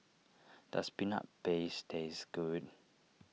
does Peanut Paste taste good